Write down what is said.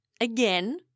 again